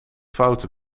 foute